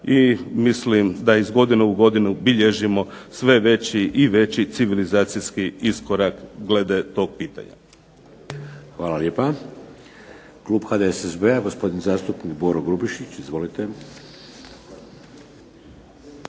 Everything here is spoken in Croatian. i mislim da iz godine u godinu bilježimo sve veći civilizacijski iskorak glede tog pitanja. **Šeks, Vladimir (HDZ)** Hvala lijepa. Klub HDSSB-a gospodin zastupnik Boro Grubišić. Izvolite.